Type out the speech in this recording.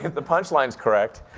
the punch line's correct.